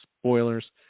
spoilers